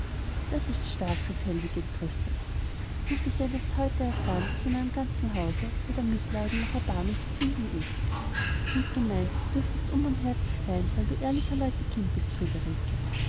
das ist stark rief hellwig entrüstet muß ich denn erst heute erfahren daß in meinem ganzen hause weder mitleiden noch erbarmen zu finden ist und du meinst du dürftest unbarmherzig sein weil du ehrlicher leute kind bist friederike